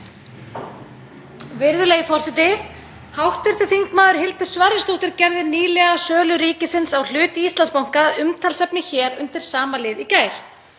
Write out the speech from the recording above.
Virðulegi forseti. Hv. þm. Hildur Sverrisdóttir gerði nýlega sölu ríkisins á hlut í Íslandsbanka að umtalsefni hér undir sama lið í gær.